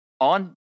on